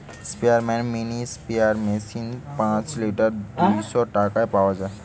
স্পেয়ারম্যান mini sprayer machine পাঁচ litre দুইশ টাকায় পাওয়া যায়